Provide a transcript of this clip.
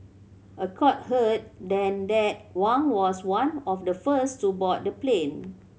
a court heard then that Wang was one of the first to board the plane